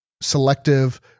selective